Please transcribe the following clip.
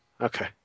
Okay